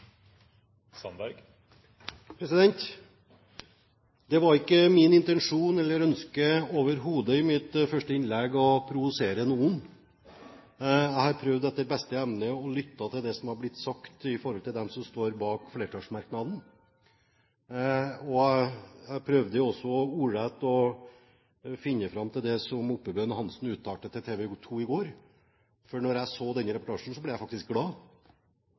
Det var overhodet ikke min intensjon eller mitt ønske å provosere noen i mitt første innlegg. Her prøvde jeg etter beste evne å lytte til det som ble sagt av dem som står bak flertallsmerknaden. Jeg prøvde også å finne fram til, ordrett, det som Oppebøen Hansen uttalte til TV 2 i går. Da jeg så den reportasjen, ble jeg faktisk glad.